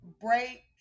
break